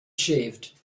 shaved